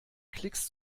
klicks